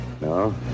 No